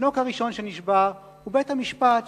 התינוק הראשון שנשבה הוא בית-המשפט,